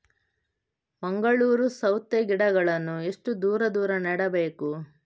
ಮಂಗಳೂರು ಸೌತೆ ಗಿಡಗಳನ್ನು ಎಷ್ಟು ದೂರ ದೂರ ನೆಡಬೇಕು?